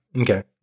Okay